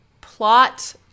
plot